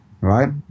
Right